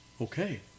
Okay